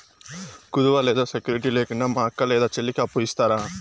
కుదువ లేదా సెక్యూరిటి లేకుండా మా అక్క లేదా చెల్లికి అప్పు ఇస్తారా?